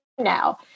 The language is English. now